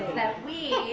that we